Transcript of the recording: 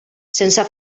sense